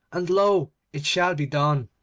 and lo! it shall be done